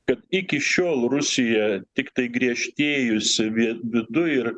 kad iki šiol rusija tiktai griežtėjusi vie viduj ir